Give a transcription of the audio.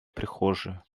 прихожую